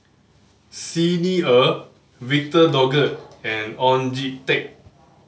Xi Ni Er Victor Doggett and Oon Jin Teik